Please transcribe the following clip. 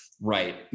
right